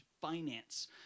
finance